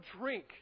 drink